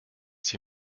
sie